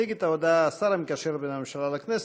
יציג את ההודעה השר המקשר בין הממשלה לכנסת,